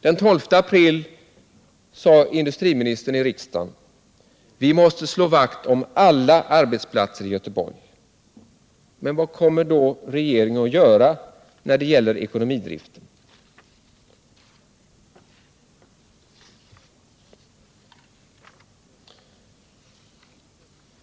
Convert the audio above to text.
Den 12 april sade industriministern i riksdagen: ”Vi måste slå vakt om alla arbetsplatser i Göteborg.” Men vad kommer då regeringen att göra när det gäller ekonomidriften?